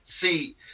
See